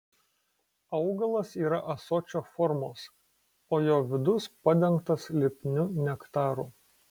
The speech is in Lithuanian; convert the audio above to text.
augalas yra ąsočio formos o jo vidus padengtas lipniu nektaru